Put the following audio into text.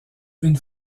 une